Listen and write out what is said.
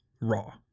raw